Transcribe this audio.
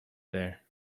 there